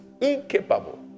incapable